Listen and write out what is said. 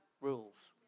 rules